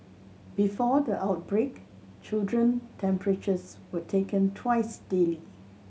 before the outbreak children temperatures were taken twice daily